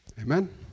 Amen